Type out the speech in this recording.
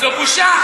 שב במקומך.